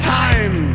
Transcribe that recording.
time